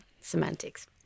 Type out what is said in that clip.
semantics